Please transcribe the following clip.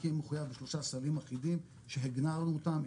בנק יהיה מחוייב לשלושה סלים אחידים שהגדרנו אותם,